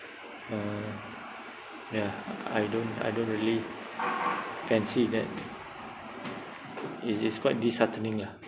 uh ya I don't I don't really fancy that it it's quite disheartening lah